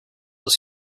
was